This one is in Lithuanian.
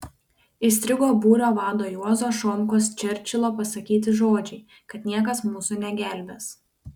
įstrigo būrio vado juozo šomkos čerčilio pasakyti žodžiai kad niekas mūsų negelbės